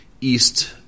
east